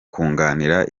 kunganira